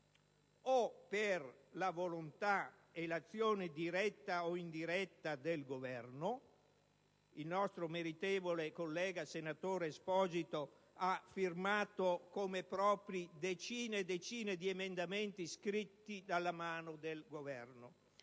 per la volontà e l'azione diretta o indiretta del Governo (il nostro meritevole collega senatore Esposito ha firmato come propri decine e decine di emendamenti scritti dalla mano del Governo),